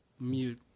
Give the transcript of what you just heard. mute